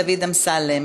דוד אמסלם,